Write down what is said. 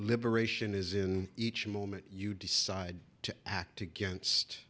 liberation is in each moment you decide to act against